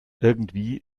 irgendwie